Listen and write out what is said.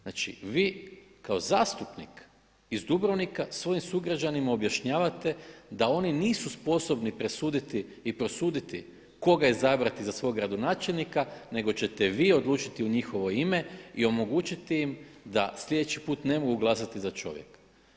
Znači vi kao zastupnik iz Dubrovnika svojim sugrađanima objašnjavate da oni nisu sposobni presuditi i prosuditi koga izabrati za svog gradonačelnika nego ćete vi odlučiti u njihovo ime i omogućiti im da sljedeći put ne mogu glasati za čovjeka.